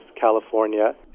California